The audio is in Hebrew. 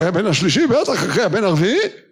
הבן השלישי, בטח אחרי הבן הרביעי